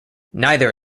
neither